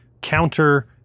counter